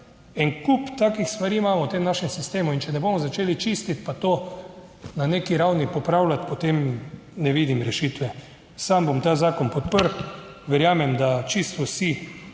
En kup takih stvari imamo v tem našem sistemu. In če ne bomo začeli čistiti pa to. Na neki ravni popravljati, potem ne vidim rešitve. Sam bom ta zakon podprl. Verjamem, da čisto vsi